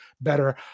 better